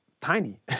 tiny